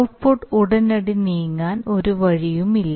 output ഉടനടി നീങ്ങാൻ ഒരു വഴിയുമില്ല